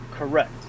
Correct